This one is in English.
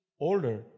older